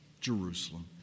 Jerusalem